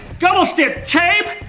double stick tape!